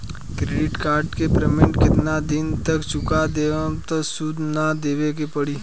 Credit card के payment केतना दिन तक चुका देहम त सूद ना देवे के पड़ी?